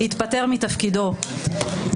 והתפטר מתפקידו.